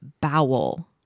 bowel